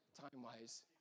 Time-wise